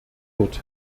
dort